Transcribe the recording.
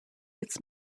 its